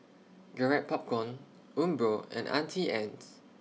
Garrett Popcorn Umbro and Auntie Anne's